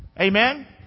Amen